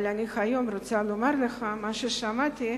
אבל היום אני רוצה לומר לך מה ששמעתי,